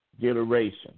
generation